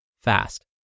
fast